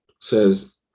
says